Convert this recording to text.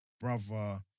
brother